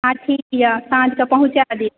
हँ ठीक अइ साँझके पहुँचा देब